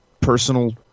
personal